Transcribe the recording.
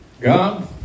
God